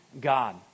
God